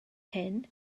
hyn